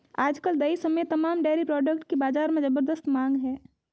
आज कल दही समेत तमाम डेरी प्रोडक्ट की बाजार में ज़बरदस्त मांग है